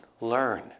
learn